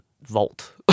vault